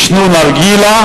עישנו נרגילה